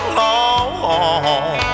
long